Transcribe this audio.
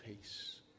peace